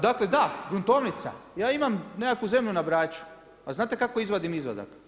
Dakle, da, gruntovnica, ja imam nekakvu zemlju na Braču, a znate kako izvadim izvadak?